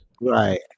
Right